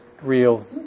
real